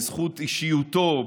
בזכות אישיותו,